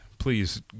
please